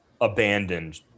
abandoned